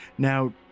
Now